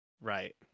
right